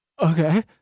okay